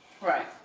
Right